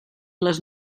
les